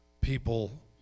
people